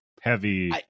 heavy